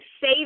say